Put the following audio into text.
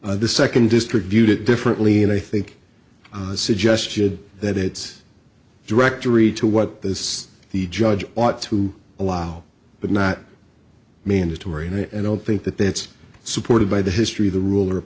mandatory the second distribute it differently and i think the suggestion that it's directory to what this the judge ought to allow but not mandatory and i don't think that that's supported by the history of the rule